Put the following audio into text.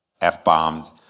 F-bombed